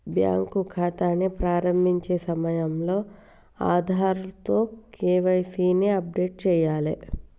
bank ఖాతాని ప్రారంభించే సమయంలో ఆధార్తో కేవైసీ ని అప్డేట్ చేయాలే